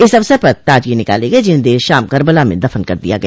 इस अवसर पर ताजिए निकाले गये जिन्हें देर शाम कर्बला में दफन कर दिया गया